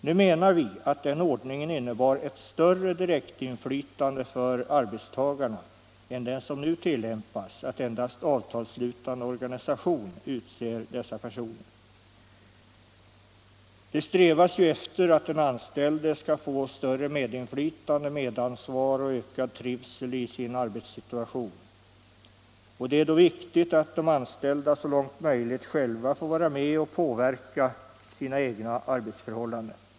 Nu menar vi att den ordningen innebar ett större direktinflytande för arbetstagarna än den ordning som nu tillämpas, att endast avtalsslutande organisation utser dessa personer. Det strävas ju efter att den anställde skall få större medinflytande, medansvar och ökad trivsel i sin arbetssituation. Det är då viktigt att de anställda så långt möjligt själva får vara med och påverka sina egna arbetsförhållanden.